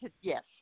Yes